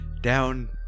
down